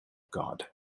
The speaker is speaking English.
god